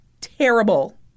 Terrible